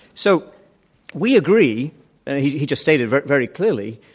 so we agree and he he just stated very very clearly,